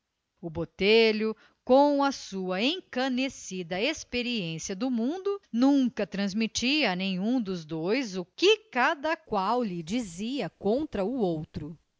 o botelho com a sua encanecida experiência do mundo nunca transmitia a nenhum dos dois o que cada qual lhe dizia contra o outro